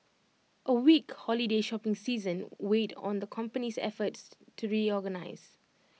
A weak holiday shopping season weighed on the company's efforts to reorganise